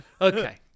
okay